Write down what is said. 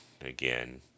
again